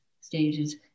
stages